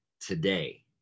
today